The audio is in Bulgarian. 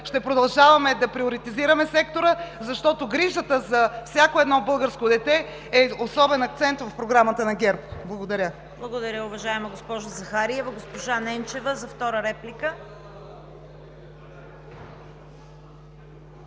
ще продължаваме да приоритизираме сектора, защото грижата за всяко едно българско дете е особен акцент в Програмата на ГЕРБ. Благодаря. ПРЕДСЕДАТЕЛ ЦВЕТА КАРАЯНЧЕВА: Благодаря, уважаема госпожо Захариева. Госпожа Ненчева – втора реплика.